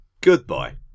Goodbye